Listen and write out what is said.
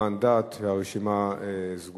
למען דעת, הרשימה סגורה.